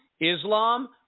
Islam